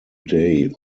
day